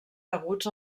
deguts